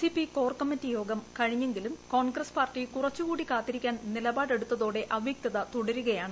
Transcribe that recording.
സിപ്പിക് core committee യോഗം കഴിഞ്ഞെങ്കിലും Congress party കുറച്ചുകൂടി കാത്തിരിക്കാൻ നിലപാടെടുത്തോടെ അവ്യക്തത തുടരുകയാണ്